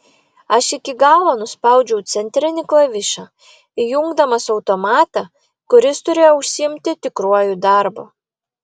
aš iki galo nuspaudžiau centrinį klavišą įjungdamas automatą kuris turėjo užsiimti tikruoju darbu